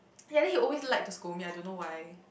ya then he always like to scold me I don't know why